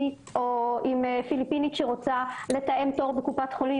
או פיליפינית שרוצה לתאם תור בקופת חולים.